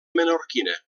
menorquina